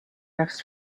next